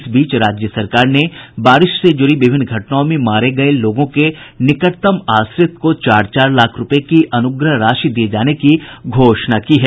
इस बीच राज्य सरकार ने बारिश से जूड़ी विभिन्न घटनाओं में मारे गए लोगों के निकटतम आश्रित को चार चार लाख रुपये की अनुग्रह राशि दिए जाने की घोषणा की है